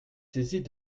saisie